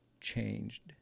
changed